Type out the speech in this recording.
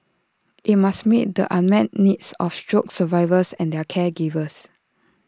IT must meet the unmet needs of stroke survivors and their caregivers